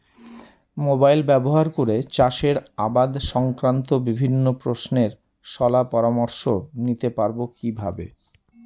Mobile ব্যাবহার করে চাষের আবাদ সংক্রান্ত বিভিন্ন প্রশ্নের শলা পরামর্শ নিতে পারবো কিভাবে?